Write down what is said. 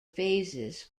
phases